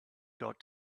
got